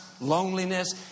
loneliness